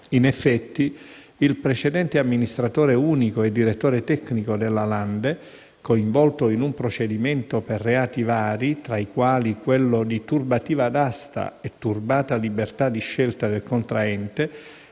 In effetti, il precedente amministratore unico e direttore tecnico della Lande, coinvolto in un procedimento per reati vari, tra i quali quello di turbativa d'asta e turbata libertà di scelta del contraente,